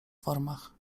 formach